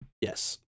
yes